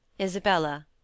Isabella